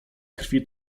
krwi